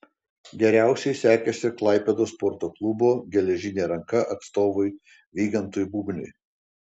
geriausiai sekėsi klaipėdos sporto klubo geležinė ranka atstovui vygantui bubniui